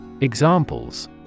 Examples